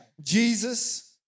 Jesus